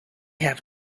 have